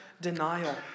Denial